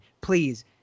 please